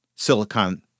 silicon